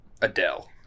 Adele